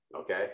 Okay